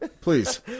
Please